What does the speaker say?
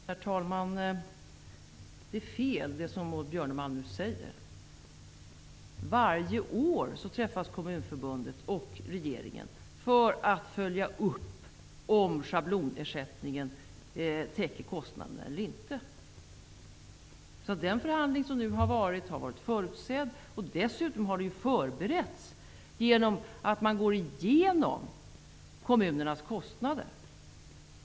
Herr talman! Maud Björnemalms påstående är felaktigt. Varje år träffas Kommunförbundet och regeringen för att följa upp om schablonersättningen täcker kostnaderna. Den förhandling som nu har förts var förutsedd. Dessutom var den förberedd genom att vi går igenom kommunernas kostnader.